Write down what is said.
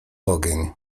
ogień